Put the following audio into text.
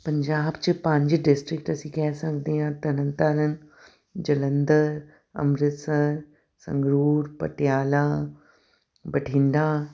ਪੰਜਾਬ 'ਚ ਪੰਜ ਡਿਸਟ੍ਰਿਕਟ ਅਸੀਂ ਕਹਿ ਸਕਦੇ ਹਾਂ ਤਰਨ ਤਾਰਨ ਜਲੰਧਰ ਅੰਮ੍ਰਿਤਸਰ ਸੰਗਰੂਰ ਪਟਿਆਲਾ ਬਠਿੰਡਾ